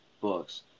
books